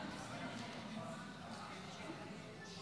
לרשותך שלוש